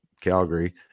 Calgary